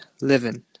Living